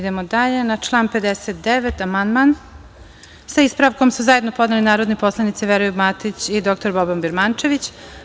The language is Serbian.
Na član 59. amandman, sa ispravkom, su zajedno podneli narodni poslanici Veroljub Matić i dr Boban Birmančević.